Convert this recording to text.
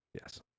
yes